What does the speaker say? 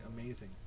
amazing